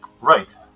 Right